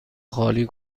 خالی